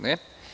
Ne.